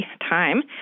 time